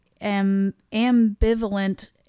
ambivalent